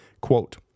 Quote